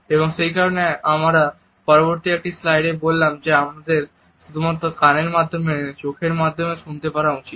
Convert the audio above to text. এবং সেই কারণেই আমরা পরবর্তী একটি স্লাইডে বললাম যে আমাদের শুধুমাত্র কানের মাধ্যমে নয় চোখের মাধ্যমে শুনতে পারা উচিত